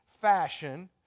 fashion